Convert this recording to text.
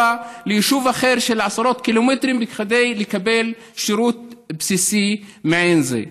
ליישוב אחר עשרות קילומטרים כדי לקבל שירות בסיסי מעין זה.